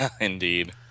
Indeed